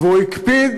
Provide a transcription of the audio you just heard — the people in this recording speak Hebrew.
והוא הקפיד